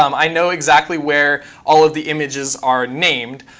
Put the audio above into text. um i know exactly where all of the images are named.